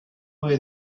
were